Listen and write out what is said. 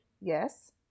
Yes